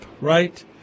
right